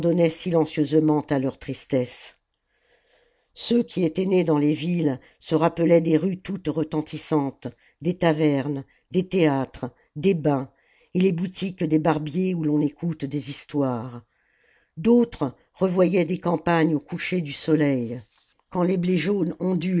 silencieusement à leur tristesse ceux qui étaient nés dans les villes se rappelaient des rues toutes retentissantes des tavernes des théâtres des bains et les boutiques des barbiers où l'on écoute des histoires d'autres revoyaient des campagnes au coucher du soleil quand les blés jaunes